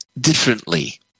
differently